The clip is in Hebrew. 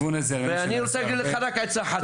ואני רוצה להגיד לך רק עצה אחת,